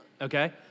Okay